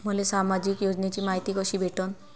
मले सामाजिक योजनेची मायती कशी भेटन?